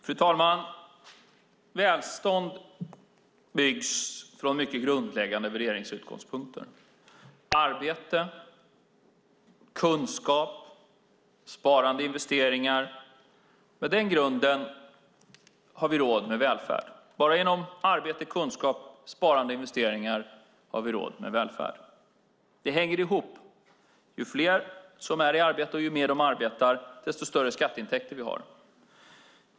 Fru talman! Välstånd byggs från mycket grundläggande värderingsutgångspunkter: arbete, kunskap, sparande och investeringar. Med den grunden har vi råd med välfärd. Bara genom arbete, kunskap, sparande och investeringar har vi råd med välfärd. Det hänger ihop. Ju fler som är i arbete och ju mer de arbetar, desto större skatteintäkter får vi.